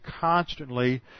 constantly